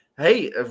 Hey